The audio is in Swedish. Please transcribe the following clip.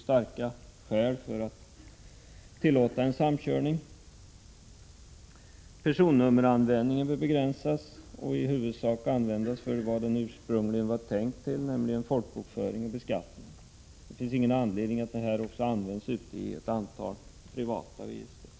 starka skäl för att tillåta en samkörning. Personnummeranvändningen bör begränsas och i huvudsak användas för vad den ursprungligen var tänkt till, nämligen folkbokföring och beskattning. Det finns ingen anledning att också använda personnummer i ett antal privata register.